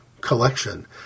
collection